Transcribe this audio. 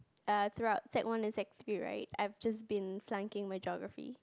err throughout sec one and sec three right I've just been flunking my geography